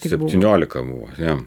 septyniolika buvo jo